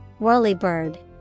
Whirlybird